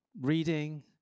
reading